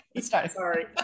Sorry